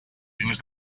dius